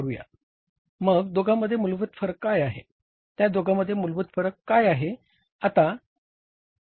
मग दोघांमध्ये मूलभूत फरक काय आहे त्या दोघांमध्ये मूलभूत फरक काय आहे